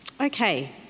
Okay